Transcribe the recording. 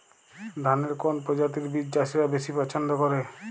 ধানের কোন প্রজাতির বীজ চাষীরা বেশি পচ্ছন্দ করে?